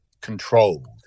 controlled